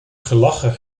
gelachen